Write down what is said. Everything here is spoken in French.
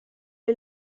est